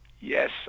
Yes